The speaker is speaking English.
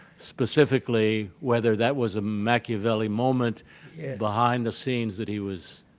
specifically whether that was a machiavelli moment behind the scenes that he was